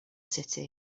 city